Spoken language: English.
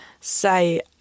say